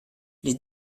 les